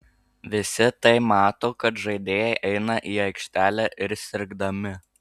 visi tai mato kad žaidėjai eina į aikštelę ir sirgdami